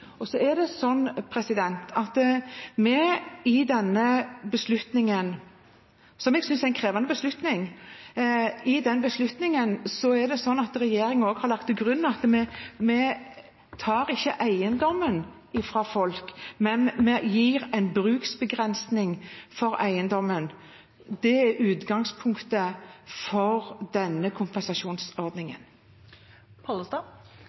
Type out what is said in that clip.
og det er lagt inn en omstilling. I denne beslutningen, som vi synes er krevende, har regjeringen også lagt til grunn at vi ikke tar eiendommen fra folk, men vi gir en bruksbegrensning for eiendommen. Det er utgangspunktet for denne